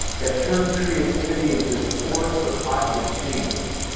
that turns creativity into this force for positive change.